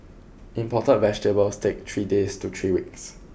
imported vegetables take three days to three weeks